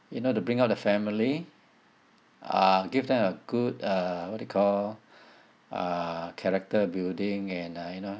you know to bring up the family uh give them a good uh what you call uh character building and uh you know